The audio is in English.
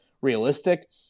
realistic